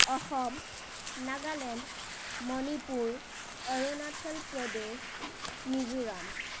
Assam Nagaland Manipur Arunachal Pradesh Mizoram